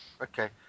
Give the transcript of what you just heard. Okay